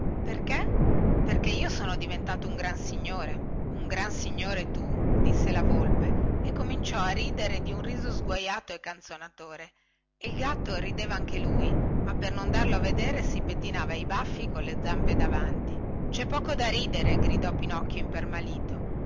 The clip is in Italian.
perché perché io sono diventato un gran signore un gran signore tu disse la volpe e cominciò a ridere di un riso sguaiato e canzonatore e il gatto rideva anche lui ma per non darlo a vedere si pettinava i baffi colle zampe davanti cè poco da ridere gridò pinocchio impermalito